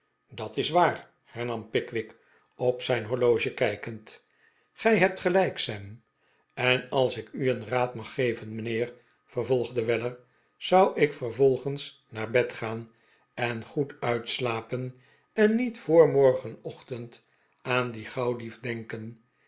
dat is waar hernam pickwick op zijn horloge kijkend gij hebt gelijk sam en als ik u een raad mag geven mijnheer vervolgde weller zou ik vervolgens naar bed gaan en goed uitslapen en niet voor morgenochtend aan dien gauwdief denken